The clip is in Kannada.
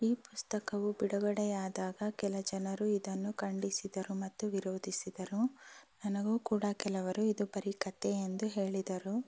ಈ ಪುಸ್ತಕವು ಬಿಡುಗಡೆಯಾದಾಗ ಕೆಲ ಜನರು ಇದನ್ನು ಖಂಡಿಸಿದರು ಮತ್ತು ವಿರೋಧಿಸಿದರು ನನಗೂ ಕೂಡ ಕೆಲವರು ಇದು ಬರಿ ಕಥೆ ಎಂದು ಹೇಳಿದರು